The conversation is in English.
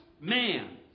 man